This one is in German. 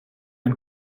ein